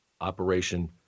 operation